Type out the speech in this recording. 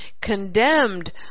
condemned